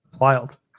wild